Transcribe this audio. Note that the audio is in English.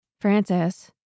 Francis